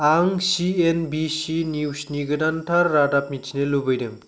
आं C N B C निउसनि गोदानथार रादाब मिथिनो लुबैदों